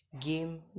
game